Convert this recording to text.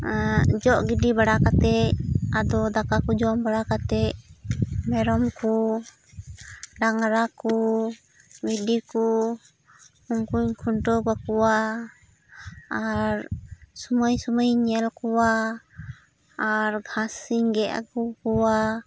ᱡᱚᱜ ᱜᱤᱰᱤ ᱵᱟᱲᱟ ᱠᱟᱛᱮ ᱟᱫᱚ ᱫᱟᱠᱟ ᱠᱚ ᱡᱚᱢ ᱵᱟᱲᱟ ᱠᱟᱛᱮ ᱢᱮᱨᱚᱢ ᱠᱚ ᱰᱟᱝᱨᱟ ᱠᱚ ᱵᱷᱤᱰᱤ ᱠᱚ ᱩᱱᱠᱩᱧ ᱠᱷᱩᱱᱴᱟᱹᱣ ᱠᱟᱠᱚᱣᱟ ᱟᱨ ᱥᱳᱢᱳᱭ ᱥᱳᱢᱳᱭ ᱤᱧ ᱧᱮᱞ ᱟᱠᱚᱣᱟ ᱟᱨ ᱜᱷᱟᱥ ᱤᱧ ᱜᱮᱫ ᱟᱹᱜᱩ ᱟᱠᱚᱣᱟ